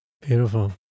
beautiful